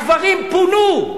הקברים פונו.